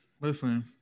Listen